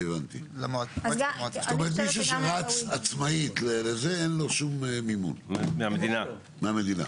זאת אומרת שמי שרץ עצמאית אין לו שום מימון מהמפלגה.